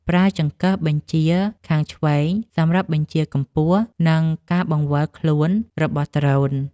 ប្រើចង្កឹះបញ្ជាខាងឆ្វេងសម្រាប់បញ្ជាកម្ពស់ និងការបង្វិលខ្លួនរបស់ដ្រូន។